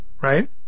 right